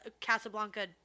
Casablanca